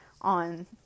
on